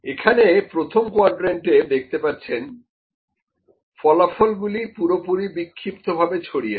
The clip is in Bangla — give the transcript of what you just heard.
এখানে প্রথম কোয়াড্রেন্ট এ দেখতে পাচ্ছেন ফলাফলগুলি পুরোপুরি বিক্ষিপ্ত ভাবে ছড়িয়ে আছে